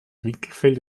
winkelfeld